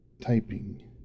typing